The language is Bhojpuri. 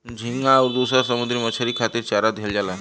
झींगा आउर दुसर समुंदरी मछरी खातिर चारा दिहल जाला